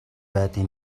байдаг